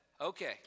Okay